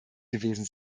gewesen